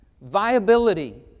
viability